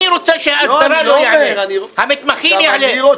אני רוצה שההסדרה לא יעלה, והמתמחים יעלה.